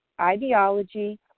ideology